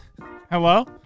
Hello